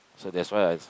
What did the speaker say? so that's why I